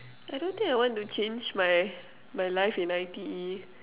I don't think I want to change my my life in I_T_E